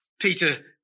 Peter